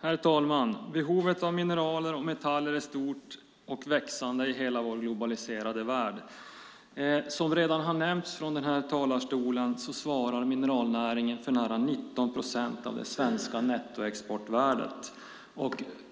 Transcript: Herr talman! Behovet av mineraler och metaller är stort och växande i hela vår globaliserade värld. Som redan har nämnts från talarstolen svarar mineralnäringen för nära 19 procent av det svenska nettoexportvärdet.